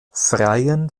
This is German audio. freiin